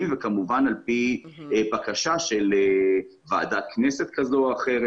וכמובן על פי בקשה של ועדת כנסת כזו או אחרת.